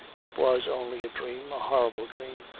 it was only a dream, a horrible dream,